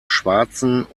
schwarzen